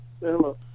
hello